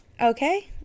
Okay